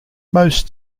most